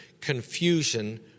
confusion